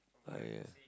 I ya